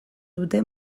dute